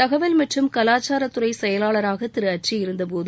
தகவல் மற்றும் கலாச்சாரத்துறை செயலாளராக திரு அட்ரி தொடர்பாக இருந்தபோது